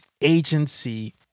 agency